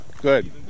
Good